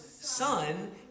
Son